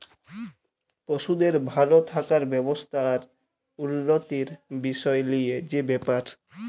পশুদের ভাল থাকার ব্যবস্থা আর উল্যতির বিসয় লিয়ে যে ব্যাপার